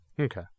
Okay